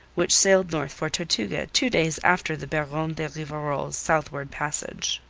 which sailed north for tortuga two days after the baron de rivarol's southward passage.